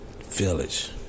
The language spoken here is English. village